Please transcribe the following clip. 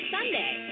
Sunday